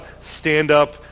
stand-up